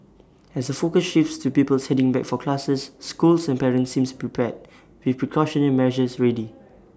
as the focus shifts to pupils heading back for classes schools and parents seems prepared with precautionary measures ready